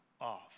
off